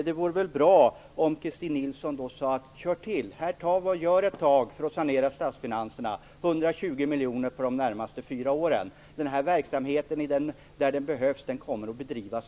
Det vore väl bra om Christin Nilsson då sade: Kör till! Här tar vi ett tag för att sanera statsfinanserna - 120 miljoner för de närmaste fyra åren. Den här verksamheten kommer att bedrivas ändå där den behövs.